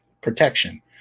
protection